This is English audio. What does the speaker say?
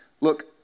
Look